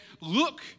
look